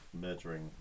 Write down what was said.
murdering